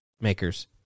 makers